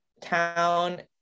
town